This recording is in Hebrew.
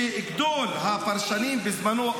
של גדול הפרשנים בזמנו,